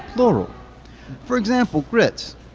plural for example, grits.